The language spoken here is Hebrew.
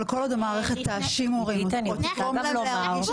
אבל כל עוד המערכת תאשים הורים או תגרום להם להרגיש